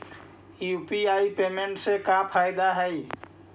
UPI payment से का फायदा है?